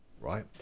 right